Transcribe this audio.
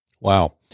Wow